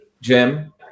Jim